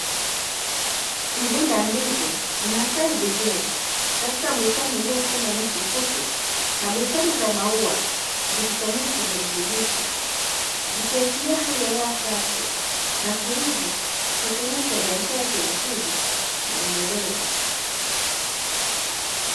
Migomba ya ndizi inastawi vizuri katika bustani iliyotanda nyasi fupi, na bustani za maua zikishamiri kijani kibichi. Zikiashiria hali ya hewa safi na tulivu kwa kilimo cha biashara chenye tija na endelevu.